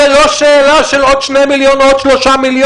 זה לא שאלה של עוד 2 מיליון או 3 מיליון,